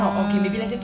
oh